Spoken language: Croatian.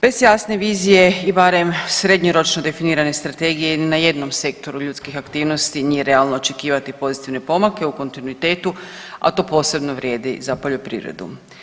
Bez jasne vizije i barem srednjoročno definirane strategije ni na jednom sektoru ljudskih aktivnosti nije realno očekivati pozitivne pomake u kontinuitetu, a to posebno vrijedi za poljoprivredu.